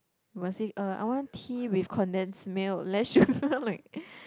must say uh I want tea with condensed milk less sugar like